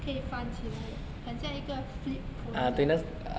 可以翻起来的很像一个 flip phone 这样